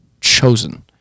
chosen